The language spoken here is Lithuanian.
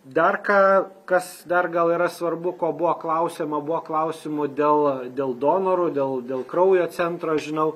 dar ką kas dar gal yra svarbu ko buvo klausiama buvo klausimų dėl dėl donorų dėl dėl kraujo centro žinau